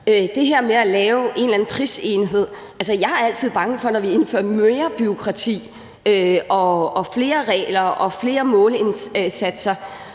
det her med at lave en eller anden prisenhed vil jeg sige, at jeg altid bliver bange, når vi indfører mere bureaukrati og flere regler og flere måleindsatser.